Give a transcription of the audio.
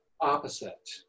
opposite